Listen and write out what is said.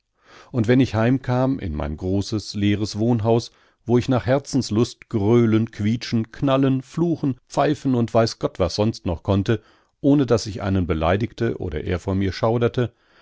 und wenn ich heimkam in mein großes leeres wohnhaus wo ich nach herzenslust gröhlen quietschen knallen fluchen pfeifen und weiß gott was sonst noch konnte ohne daß ich einen beleidigte und er vor mir schauderte